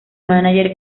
mánager